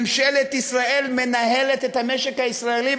ממשלת ישראל מנהלת את המשק הישראלי,